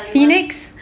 phoenix